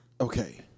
Okay